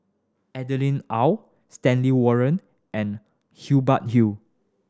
Adeline Ooi Stanley Warren and Hubert Hill